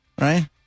right